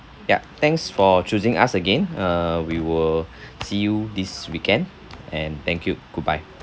ya thanks for choosing us again uh we will you this weekend and thank you goodbye